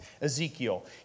Ezekiel